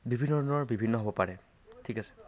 বিভিন্ন ধৰণৰ বিভিন্ন হ'ব পাৰে ঠিক আছে